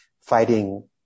Fighting